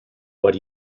what